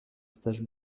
stage